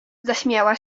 zaśmiała